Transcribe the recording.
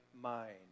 mind